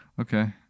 Okay